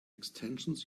extensions